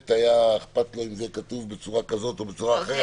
היה אכפת לו אם זה כתוב בצורה כזאת או בצורה אחרת?